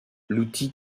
l’outil